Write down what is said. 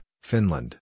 Finland